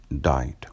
died